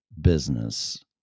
business